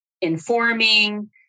informing